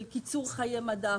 של קיצור חיי מדף,